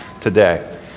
today